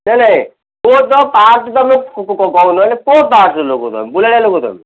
ନାଇଁ ନାଇଁ ପୁଅତ ମାନେ କେଉଁ ଲୋକ ତୁମେ ବୁଲାଳିଆ ଲୋକ ତୁମେ